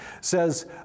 says